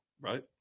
right